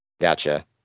Gotcha